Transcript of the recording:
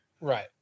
Right